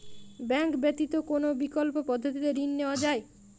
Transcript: Bank ব্যতিত কোন বিকল্প পদ্ধতিতে ঋণ নেওয়া যায়?